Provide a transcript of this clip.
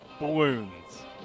balloons